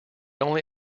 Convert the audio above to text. only